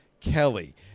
Kelly